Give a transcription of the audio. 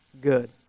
good